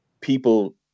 people